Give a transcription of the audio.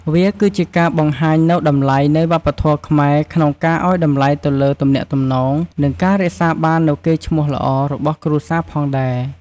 វាគឺជាការបង្ហាញនូវតម្លៃនៃវប្បធម៌ខ្មែរក្នុងការឲ្យតម្លៃទៅលើទំនាក់ទំនង និងការរក្សាបាននូវកេរ្តិ៍ឈ្មោះល្អរបស់គ្រួសារផងដែរ។